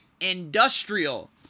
industrial